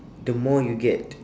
the more you get